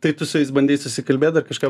tai tu su jais bandei susikalbėt dar kažką